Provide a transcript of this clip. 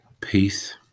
peace